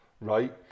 right